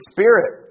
Spirit